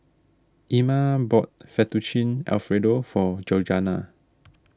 Ima bought Fettuccine Alfredo for Georganna